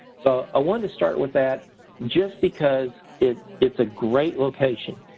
so, i wanted to start with that just because it's it's a great location.